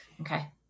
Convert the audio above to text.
Okay